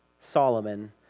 Solomon